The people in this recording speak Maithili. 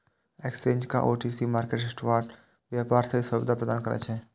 एक्सचेंज आ ओ.टी.सी मार्केट स्पॉट व्यापार के सुविधा प्रदान करै छै